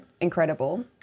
Incredible